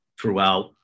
throughout